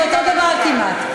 זה אותו דבר כמעט,